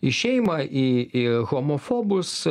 į šeimą į į homofobus